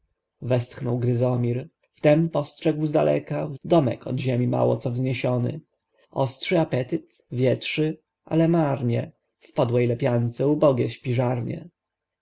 westchnął gryzomir wtem postrzegł zdaleka domek od ziemi mało co wzniesiony ostrzy apetyt wietrzy ale marnie w podłej lepiance ubogie śpiżarnie